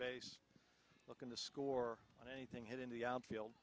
base looking to score and anything hit in the outfield